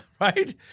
Right